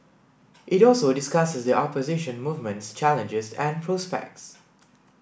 it also discusses the opposition movement's challenges and prospects